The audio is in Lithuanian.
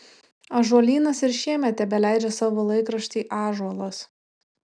ąžuolynas ir šiemet tebeleidžia savo laikraštį ąžuolas